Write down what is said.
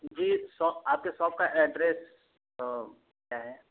जी आपके शॉप का एड्रेस क्या है